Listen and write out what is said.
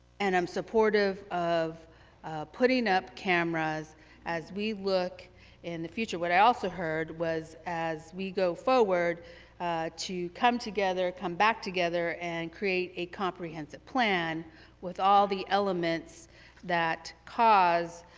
and i'm supportive of putting um cameras as we look in the future. what i also heard was as we go forward to come together, come back together, and create a comprehensive plan with all the elements that cause